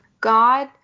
God